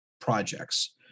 projects